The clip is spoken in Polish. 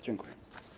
Dziękuję.